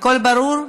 הכול ברור?